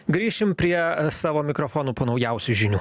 grįšim prie savo mikrofonų po naujausių žinių